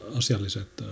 asialliset